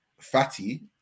Fatty